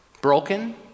Broken